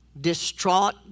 distraught